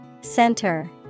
Center